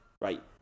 right